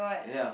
ya